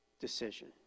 decision